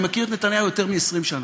אני מכיר את נתניהו יותר מ-20 שנה.